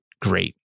great